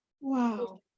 wow